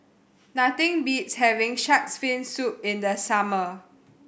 nothing beats having Shark's Fin Soup in the summer